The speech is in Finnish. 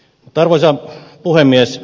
arvoisa puhemies